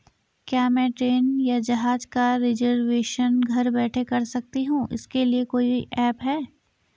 क्या मैं ट्रेन या जहाज़ का रिजर्वेशन घर बैठे कर सकती हूँ इसके लिए कोई ऐप है?